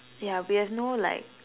yeah we have no like